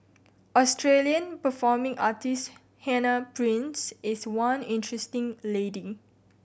Australian performing artist Hannah Price is one interesting lady